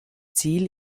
ziel